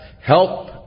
help